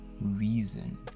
reason